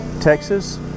Texas